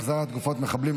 אי-החזרת גופות מחבלים),